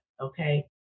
Okay